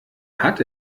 hat